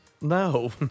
No